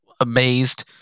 amazed